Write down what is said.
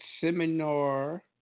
seminar